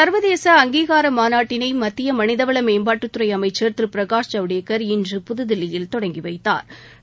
சள்வதேச அங்கீகார மாநாட்டினை மத்திய மனிதவள மேம்பாட்டுத்துறை அமைச்சர் திரு பிரகாஷ் ஜவடேக்சர் இன்று புதுதில்லியில் தொடங்கி வைத்தாா்